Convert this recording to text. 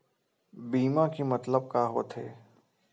बीमा के मतलब का होथे?